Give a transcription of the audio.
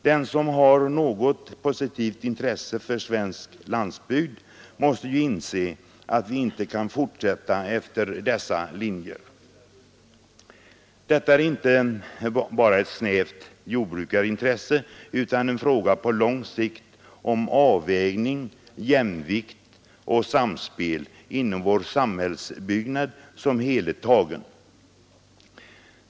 Den som har något positivt intresse för svensk landsbygd måste ju inse att vi inte kan fortsätta efter dessa linjer. Detta är inte bara ett snävt jordbrukarintresse utan en fråga på lång sikt om avvägning, jämvikt och samspel inom vår samhällsbyggnad som helhet tagen.